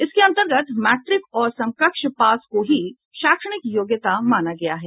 इसके अन्तर्गत मैट्रिक और समकक्ष पास को ही शैक्षणिक योग्यता माना गया है